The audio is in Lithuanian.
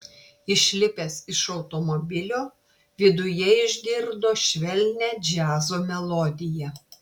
išlipęs iš automobilio viduje išgirdo švelnią džiazo melodiją